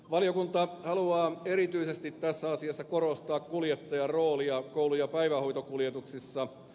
valiokunta haluaa erityisesti tässä asiassa korostaa kuljettajan roolia koulu ja päivähoitokuljetuksissa